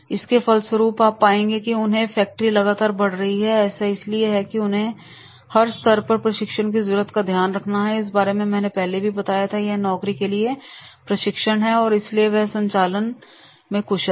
इसके फलस्वरूप आप पाएंगे कि उनकी फैक्ट्री लगातार बढ़ रही है और ऐसा इसलिए है क्योंकि उन्होंने हर स्तर पर प्रशिक्षण की जरूरत का ध्यान रखा है इस बारे में मैंने पहले भी बताया था कि यह नौकरी के लिए प्रशिक्षण है और इसलिए वे अपने संचालन में कुशल है